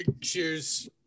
cheers